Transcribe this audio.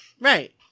Right